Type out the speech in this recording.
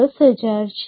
૧0000 છે